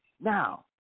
Now